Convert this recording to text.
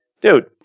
dude